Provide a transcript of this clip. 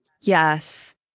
Yes